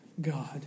God